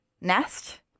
nest